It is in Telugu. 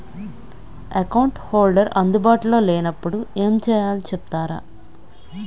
అకౌంట్ హోల్డర్ అందు బాటులో లే నప్పుడు ఎం చేయాలి చెప్తారా?